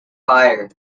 fire